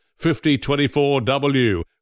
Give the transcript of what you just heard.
5024W